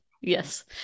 Yes